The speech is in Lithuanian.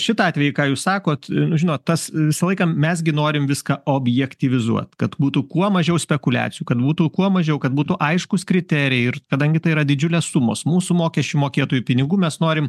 šitą atvejį ką jūs sakot žinot tas visą laiką mes gi norim viską objektyvizuot kad būtų kuo mažiau spekuliacijų kad būtų kuo mažiau kad būtų aiškūs kriterijai ir kadangi tai yra didžiulės sumos mūsų mokesčių mokėtojų pinigų mes norim